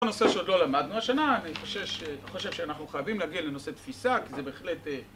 הנושא שעוד לא למדנו השנה, אני חושב שאנחנו חייבים להגיע לנושא תפיסה כי זה בהחלט...